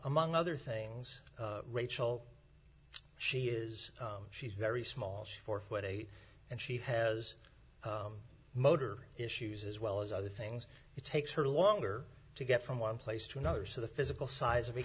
among other things rachel she is she's very small she's four foot eight and she has motor issues as well as other things it takes her longer to get from one place to another so the physical size of